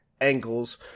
angles